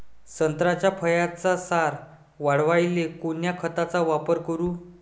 संत्रा फळाचा सार वाढवायले कोन्या खताचा वापर करू?